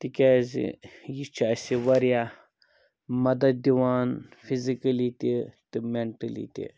تکیازِ یہِ چھُ اَسہِ واریاہ مَدَد دِوان فِزِکلی تہِ تہٕ مٮ۪نٛٹلی تہِ